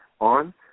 on